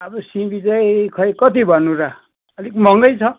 अब सिबी चाहिँ खै कति भन्नु र अलिक महँगै छ